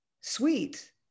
sweet